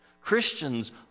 Christians